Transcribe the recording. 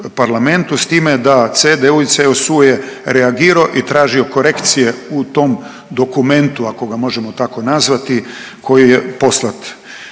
S time da CDU i CSU je reagirao i tražio korekcije u tom dokumentu ako ga možemo tako nazvati koji je poslat.